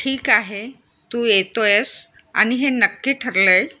ठीक आहे तू येतो आहेस आणि हे नक्की ठरलं आहे